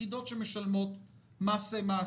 היחידות שמשלמות מס מעסיקים.